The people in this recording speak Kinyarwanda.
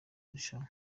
irushanwa